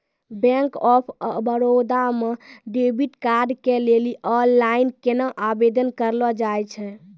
Bank of Baroda मे debit card के लेली आनलाइन केना आवेदन करलो जाय छै?